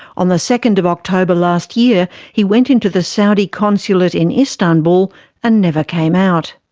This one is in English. on the second of october last year he went into the saudi consulate in istanbul and never came out.